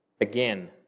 again